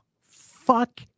fuck